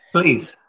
Please